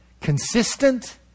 consistent